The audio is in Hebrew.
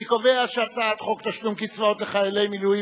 אני קובע שהצעת חוק תשלום קצבאות לחיילי מילואים